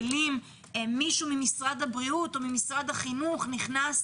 מישהו ממשרד הבריאות או ממשרד החינוך נכנס